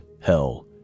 hell